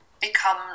become